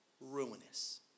ruinous